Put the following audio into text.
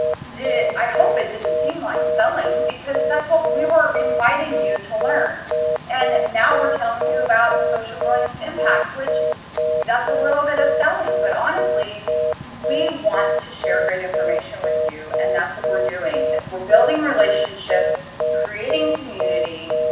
i hope it didn't seem like selling because that's what we were inviting you to learn and now we're telling you about social brilliance impact! which you got a little bit of selling but honestly we want to share great information with you. and that's what we're doing. as we're building relationships, creating community,